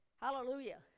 Hallelujah